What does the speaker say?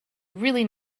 really